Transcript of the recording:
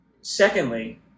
Secondly